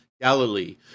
Galilee